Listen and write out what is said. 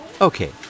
Okay